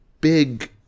big